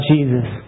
Jesus